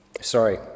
Sorry